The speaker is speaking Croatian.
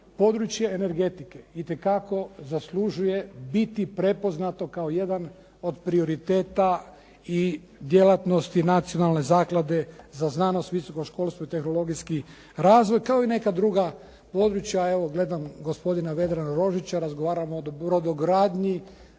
područje energetike. Itekako zaslužuje biti prepoznato kao jedan od prioriteta i djelatnosti nacionalne zaklade za znanost, visoko školstvo i tehnologijski razvoj kao i neka druga područja. Evo gledam gospodina Vedrana Rožića, razgovaramo o brodogradnji.